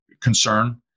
concern